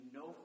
no